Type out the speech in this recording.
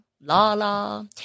Lala